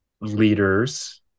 leaders